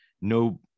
No